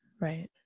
Right